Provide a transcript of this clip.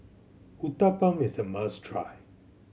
uthapam is a must try